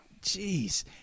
jeez